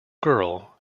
girl